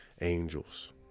angels